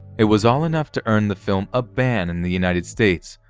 it was all enough to earn the film a ban in the united states,